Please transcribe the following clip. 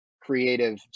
creative